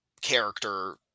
character